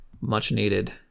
much-needed